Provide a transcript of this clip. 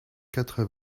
quatre